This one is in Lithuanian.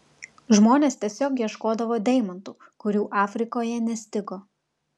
žmonės tiesiog ieškodavo deimantų kurių afrikoje nestigo